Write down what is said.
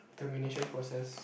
termination process